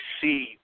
see